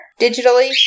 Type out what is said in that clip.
digitally